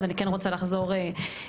אז אני כן רוצה לחזור למשטרה.